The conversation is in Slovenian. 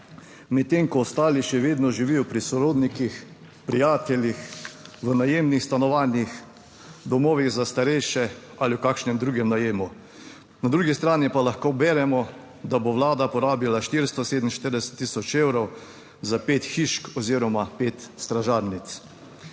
medtem ko ostali še vedno živijo pri sorodnikih, prijateljih, v najemnih stanovanjih, domovih za starejše ali v kakšnem drugem najemu. Na drugi strani pa lahko beremo, da bo Vlada porabila 447 tisoč evrov za pet hišk oziroma pet stražarnic.